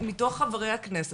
מתוך חברי הכנסת